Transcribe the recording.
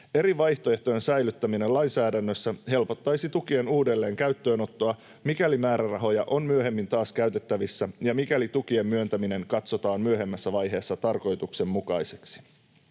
Eri vaihtoehtojen säilyttäminen lainsäädännössä helpottaisi tukien uudelleen käyttöönottoa, mikäli määrärahoja on myöhemmin taas käytettävissä ja mikäli tukien myöntäminen katsotaan myöhemmässä vaiheessa tarkoituksenmukaiseksi.